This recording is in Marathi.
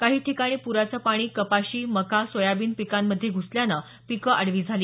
काही ठिकाणी प्राचे पाणी कपाशी मका सोयाबीन पिकांमध्ये घुसल्यानं पिके आडवी झाली